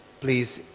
please